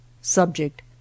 Subject